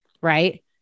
right